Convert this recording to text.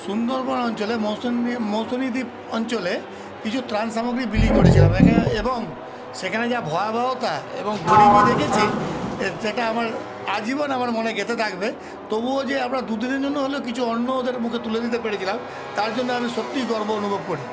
সুন্দরবন অঞ্চলে মৌসুমে মৌসুমি দ্বীপ অঞ্চলে কিছু ত্রাণ সামগ্রী বিলি করেছিলাম এখানে এবং সেখানে যা ভয়াবহতা এবং গরিবি দেখেছি এ যেটা আমার আজীবন আমার মনে গেঁথে থাকবে তবুও যে আমরা দুদিনের জন্য হলেও কিছু অন্ন ওদের মুখে তুলে দিতে পেরেছিলাম তার জন্য আমি সত্যিই গর্ব অনুভব করি